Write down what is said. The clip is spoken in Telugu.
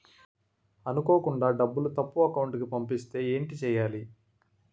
అనుకోకుండా డబ్బులు తప్పు అకౌంట్ కి పంపిస్తే ఏంటి చెయ్యాలి?